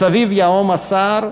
מסביב ייהום הסער,